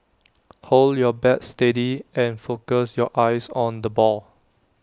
hold your bat steady and focus your eyes on the ball